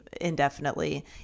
indefinitely